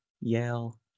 Yell